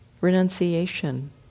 Renunciation